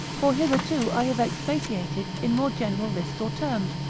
for hitherto i have expatiated in more general lists or terms,